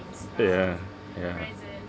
ya ya